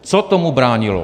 Co tomu bránilo?